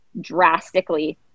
drastically